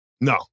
No